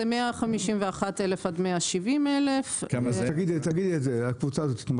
זה 151,000 עד 170,000. תגידי את האגרה של הקבוצה הזו.